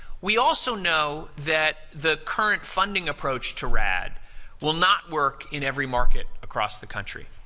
we also know that the current funding approach to rad will not work in every market across the country.